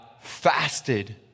fasted